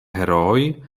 herooj